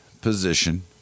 position